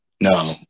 No